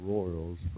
Royals